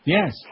Yes